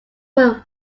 were